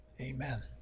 Amen